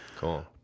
Cool